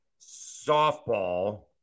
softball